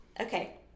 Okay